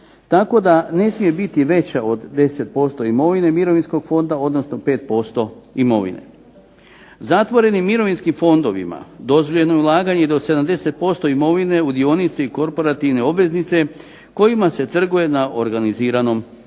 tako da ne smije biti veća od 10% imovine Mirovinskog fonda, odnosno 5% imovine. Zatvorenim mirovinskim fondovima dozvoljeno je ulaganje i do 70% imovine u dionici i korporativne obveznice kojima se trguje na organiziranom tržištu